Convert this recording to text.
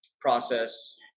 process